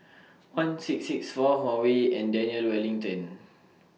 one six six four Huawei and Daniel Wellington